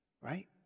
Right